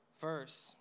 verse